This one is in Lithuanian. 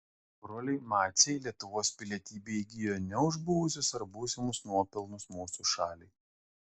broliai maciai lietuvos pilietybę įgijo ne už buvusius ar būsimus nuopelnus mūsų šaliai